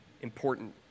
important